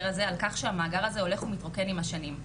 הזה על כך שהמאגר הזה הולך ומתרוקן עם השנים,